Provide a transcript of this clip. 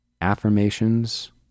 affirmations